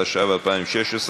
התשע"ו 2016,